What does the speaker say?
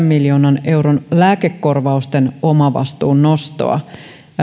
miljoonan euron lääkekorvausten omavastuun nostoa